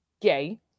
gay